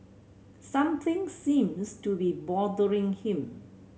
something seems to be bothering him